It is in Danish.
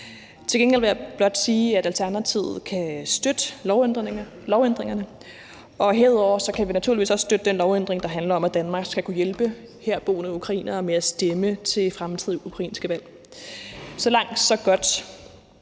Til gengæld vil jeg blot sige, at Alternativet kan støtte lovændringerne, og herudover kan vi naturligvis også støtte den lovændring, der handler om, at Danmark skal kunne hjælpe herboende ukrainere med at stemme til fremtidige ukrainske valg. Så langt, så godt.